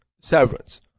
severance